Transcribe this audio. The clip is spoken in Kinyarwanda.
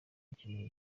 bikeneye